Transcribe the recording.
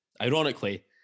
ironically